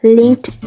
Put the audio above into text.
linked